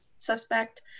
suspect